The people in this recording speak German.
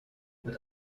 mit